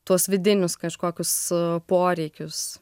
tuos vidinius kažkokius poreikius